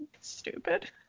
stupid